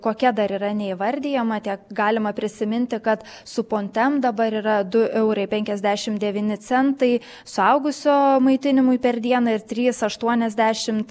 kokia dar yra neįvardijama tiek galima prisiminti kad su pontem dabar yra du eurai penkiasdešim devyni centai suaugusio maitinimui per dieną ir trys aštuoniasdešim